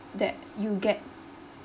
that you get